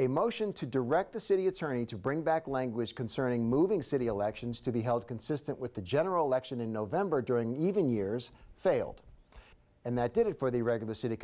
a motion to direct the city attorney to bring back language concerning moving city elections to be held consistent with the general election in november during even years failed and that did it for the re